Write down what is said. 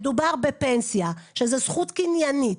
מדובר בפנסיה שזה זכות קניינית.